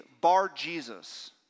Bar-Jesus